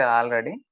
already